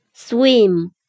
swim